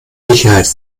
sicherheit